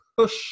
Push